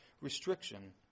restriction